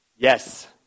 Yes